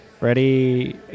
Ready